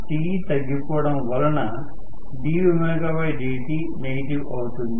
Te తగ్గిపోవడం వలన ddtనెగిటివ్ అవుతుంది